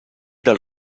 del